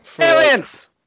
Aliens